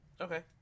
Okay